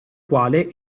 quale